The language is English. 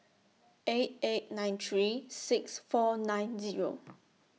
eight eight nine three six four nine Zero